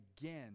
again